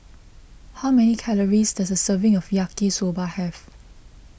how many calories does a serving of Yaki Soba have